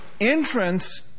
entrance